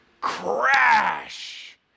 Crash